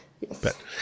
Yes